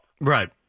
Right